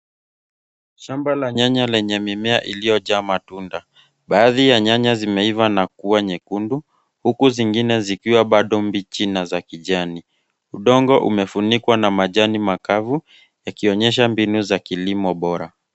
Shamba la nyanya lenye mimea iliyojaa matunda. Baadhi ya nyanya zimeiva na kuwa nyekundu huku zingine zikiwa bado mbichi na za kijani. Udongo umefunikwa na majani makavu yakionyesha mbinu ya kilimo bora.